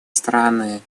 страны